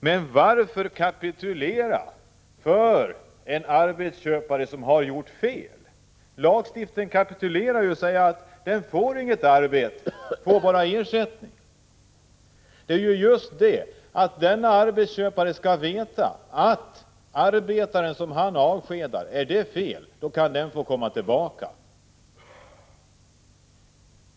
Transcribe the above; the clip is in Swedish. Men varför kapitulera för en arbetsköpare som har gjort fel? Lagstiftningen kapitulerar ju och säger att den avskedade får inte arbete utan bara ersättning. Vad det gäller är ju just att arbetsköparen skall veta att om han felaktigt avskedar en arbetare, så kan arbetaren få komma tillbaka.